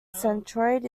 centroid